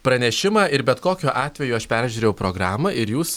pranešimą ir bet kokiu atveju aš peržiūrėjau programą ir jūs